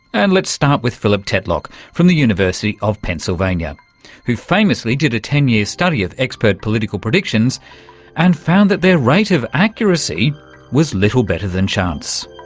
and let's start with philip tetlock from the university of pennsylvania who famously did a ten-year study of expert political predictions and found that their rate of accuracy was little better than chance.